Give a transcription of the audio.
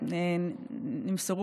שלשום,